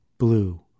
blue